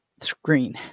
screen